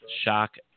shock